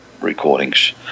recordings